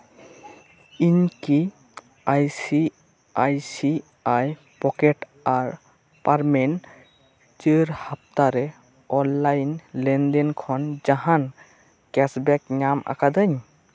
ᱤᱧ ᱠᱤ I C I C I pocket ᱟᱨ ᱯᱟᱨᱢᱮᱱ ᱪᱟᱨ ᱦᱟᱯᱛᱟᱨᱮ ᱚᱱᱞᱟᱭᱤᱱ ᱞᱮᱱᱫᱮᱱ ᱠᱷᱚᱱ ᱡᱟᱦᱟᱱ ᱠᱮᱥᱵᱮᱠ ᱧᱟᱢ ᱟᱠᱟᱫᱟᱹᱧ